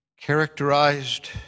characterized